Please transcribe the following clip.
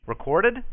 Recorded